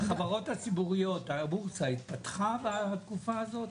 החברות הציבוריות, הבורסה התפתחה בתקופה הזאת?